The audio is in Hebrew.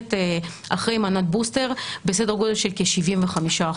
מוערכת אחרי מנת בוסטר בסדר גודל של כ-75%,